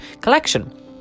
collection